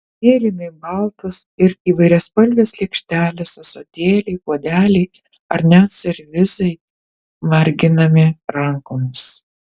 mėlynai baltos ir įvairiaspalvės lėkštelės ąsotėliai puodeliai ar net servizai marginami rankomis